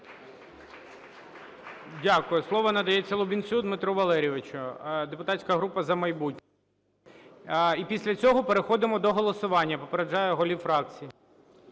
Дякую. Слово надається Лубінцю Дмитру Валерійовичу, депутатська група "За майбутнє". І після цього переходимо до голосування, попереджаю голів фракцій.